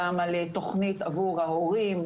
גם על תוכנית עבור ההורים,